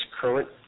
current